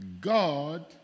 God